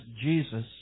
Jesus